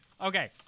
Okay